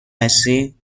هستید